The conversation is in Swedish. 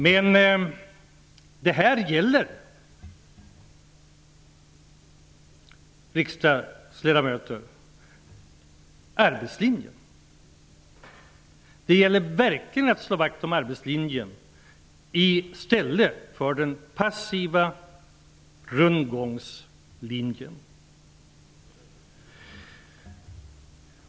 Men, riksdagsledamöter, här gäller det att verkligen slå vakt om arbetslinjen i stället för den passiva rundgångslinjen.